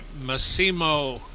Massimo